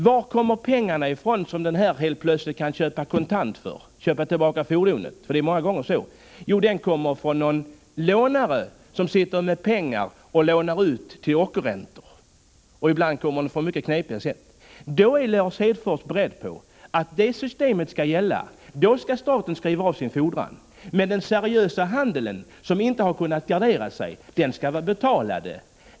Varifrån kommer de pengar som denna person helt plötsligt kan köpa kontant för? Jo, kanske från någon som sitter och lånar ut pengar till ockerräntor. Ibland kommer de på mycket knepiga sätt. Lars Hedfors är beredd att gå med på att ett sådant system skall gälla att staten i detta senare fall skall skriva av sin fordran, medan den seriösa handeln — som inte har kunnat gardera sig — skall vara tvungen att betala.